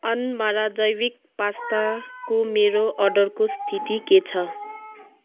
अन्मारा जैविक पास्ताको मेरो अर्डरको स्थिति के छ